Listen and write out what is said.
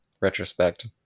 retrospect